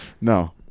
No